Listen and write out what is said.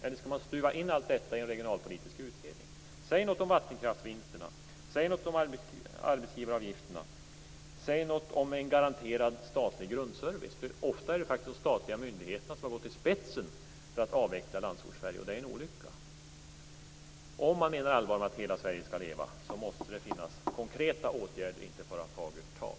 Eller skall allt detta stuvas in i en regionalpolitisk utredning? Säg något om vattenkraftsvinsterna, om arbetsgivaravgifterna och om en garanterad statlig grundservice! Ofta är det de statliga myndigheterna som har gått i spetsen för att avveckla Landsortssverige, och det är en olycka. Om man menar allvar med att hela Sverige skall leva måste det finnas konkreta åtgärder, inte bara fagert tal.